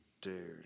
Dude